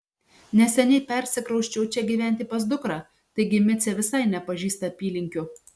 neseniai persikrausčiau čia gyventi pas dukrą taigi micė visai nepažįsta apylinkių